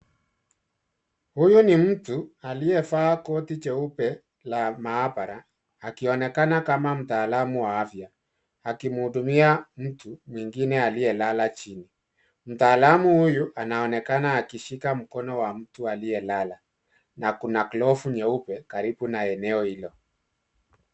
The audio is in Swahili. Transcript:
Huyu ni mtu aliyevaa koti jeupe la mahabara akionekana kama mtaalamu wa afya akimuhudumia mtu mwingine aliyelala chini. Mtaalamu huyu anaonekana akishika mkono wa mtu aliyelala, na kuna glove nyeupe karibu na eneo hilo.